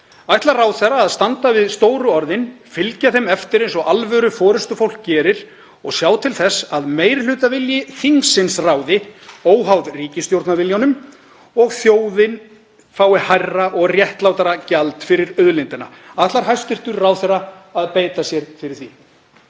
Ætlar ráðherra að standa við stóru orðin, fylgja þeim eftir eins og alvöru forystufólk gerir og sjá til þess að meirihlutavilji þingsins ráði óháð ríkisstjórnarviljanum og þjóðin fái hærra og réttlátara gjald fyrir auðlindina? Ætlar hæstv. ráðherra að beita sér fyrir því?